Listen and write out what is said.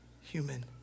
human